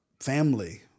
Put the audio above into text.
family